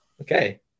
Okay